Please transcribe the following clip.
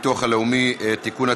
הביטוח הלאומי (תיקון,